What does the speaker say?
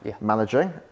managing